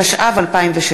התשע"ו 2016,